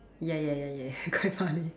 ya ya ya ya quite funny